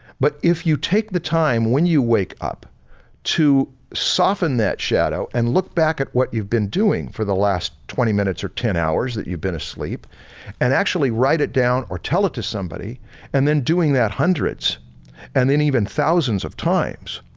but if you take the time when you wake up to soften that shadow and look back at what you've been doing for the last twenty minutes or ten hours that you've been asleep and actually write it down or tell it to somebody and then doing that hundreds and then even thousands of times,